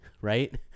Right